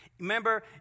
Remember